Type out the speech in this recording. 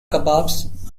kebabs